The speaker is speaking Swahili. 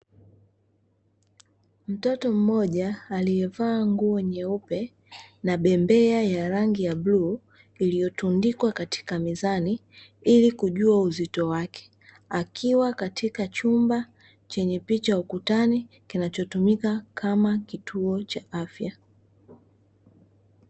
Mtoto mmoja aliyevaa nguo nyeupe na bembea ya rangi ya bluu iliyotundikwa katika mizani ili kujua uzito wake akiwa katika chumba chenye picha ukutani kinachotumika kama kituo cha afya.